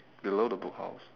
below the book house